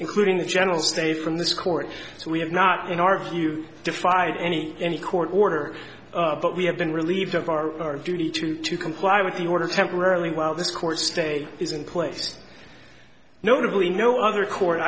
including the general stay from this court so we have not in our view defied any any court order but we have been relieved of our duty to to comply with the order temporarily while this court state is in place notably no other court